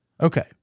okay